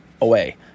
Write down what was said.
away